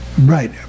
Right